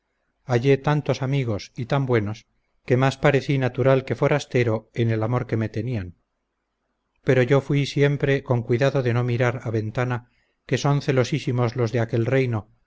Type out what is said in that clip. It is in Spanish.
hallé tantos amigos y tan buenos que más parecí natural que forastero en el amor que me tenían pero yo fuí siempre con cuidado de no mirar a ventana que son celosísimos los de aquel reino